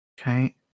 Okay